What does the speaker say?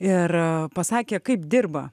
ir pasakė kaip dirba